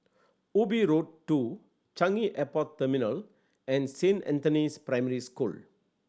Ubi Road Two Changi Airport Terminal and Saint Anthony's Primary School